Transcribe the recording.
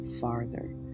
farther